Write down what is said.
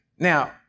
Now